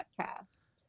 Podcast